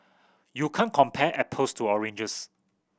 you can't compare apples to oranges